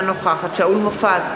אינה נוכחת שאול מופז,